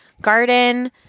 garden